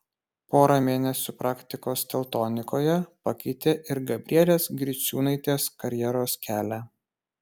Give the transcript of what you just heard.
pora mėnesių praktikos teltonikoje pakeitė ir gabrielės griciūnaitės karjeros kelią